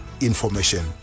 information